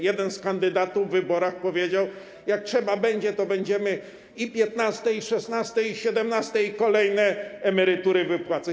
Jeden z kandydatów w wyborach powiedział: jak trzeba będzie, to będziemy i piętnaste, i szesnaste, i siedemnaste, i kolejne emerytury wypłacać.